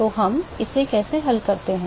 तो हम इसे कैसे हल करते हैं